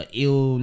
ill